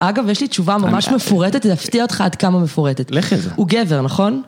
אגב, יש לי תשובה ממש מפורטת, זה יפתיע אותך עד כמה מפורטת. לכי על זה. הוא גבר, נכון?